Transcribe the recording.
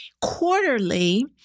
Quarterly